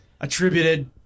Attributed